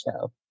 show